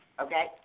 Okay